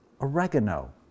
oregano